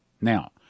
Now